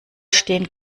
stehen